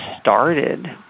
started